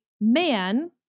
man